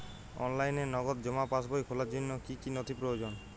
অনলাইনে নগদ জমা পাসবই খোলার জন্য কী কী নথি প্রয়োজন?